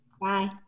Bye